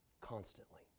constantly